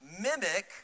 mimic